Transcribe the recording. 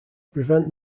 prevent